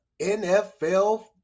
NFL